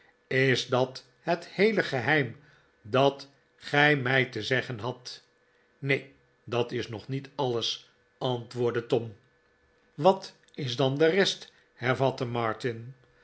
is dat het heele geheim dat gij mij te zeggen hadt neen dat is nog niet alles antwoordde tom wat is dan de rest hervatte martin